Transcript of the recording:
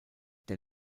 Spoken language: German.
der